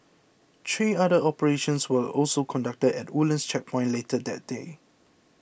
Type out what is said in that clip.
three other operations were also conducted at the Woodlands Checkpoint later that day